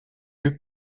eut